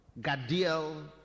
Gadiel